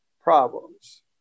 problems